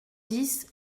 dix